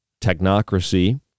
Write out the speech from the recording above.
technocracy